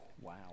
Wow